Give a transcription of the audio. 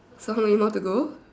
so how many more to go